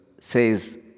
says